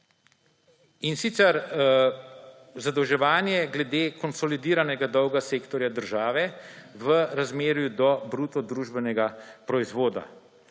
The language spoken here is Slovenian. in sicer zadolževanje glede konsolidiranega dolga sektorja države v razmerju do bruto družbenega proizvoda.